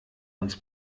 uns